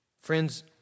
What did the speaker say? Friends